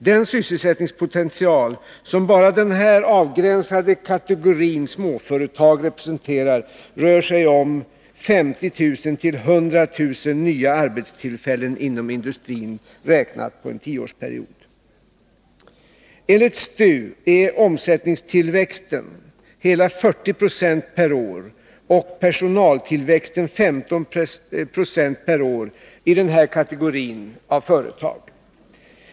Den sysselsättningspotential som bara den här avgränsade kategorin företag representerar rör sig om 50 000-100 000 nya arbetstillfällen inom industrin, räknat på en tioårsperiod. Enligt STU är omsättningstillväxten hela 40 96 per år och personaltillväxten 15 26 per år i den här kategorin av företag.